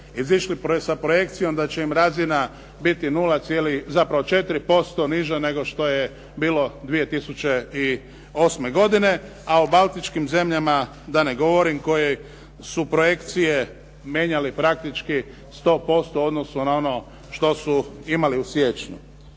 izišli sa projekcijom da će im razina biti zapravo 4% niža nego što je bilo 2008. godine. A o baltičkim zemljama da ne govorim koje su projekcije mijenjali praktički 100% u odnosu na ono što su imali u siječnju.